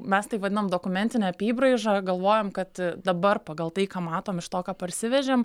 mes tai vadinam dokumentine apybraiža galvojam kad dabar pagal tai ką matom iš to ką parsivežėm